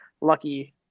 lucky